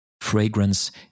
fragrance